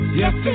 yes